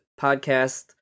podcast